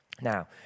Now